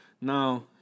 now